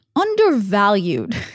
undervalued